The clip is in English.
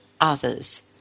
others